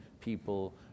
people